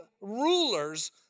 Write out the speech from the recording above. rulers